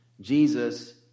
Jesus